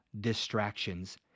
distractions